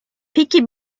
peki